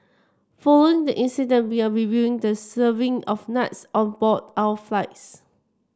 following the incident we are reviewing the serving of nuts on board our flights